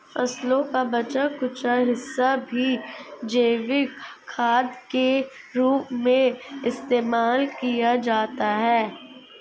फसलों का बचा कूचा हिस्सा भी जैविक खाद के रूप में इस्तेमाल किया जाता है